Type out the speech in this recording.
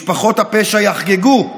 משפחות הפשע יחגגו.